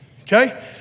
okay